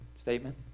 statement